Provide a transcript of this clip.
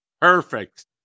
perfect